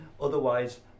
Otherwise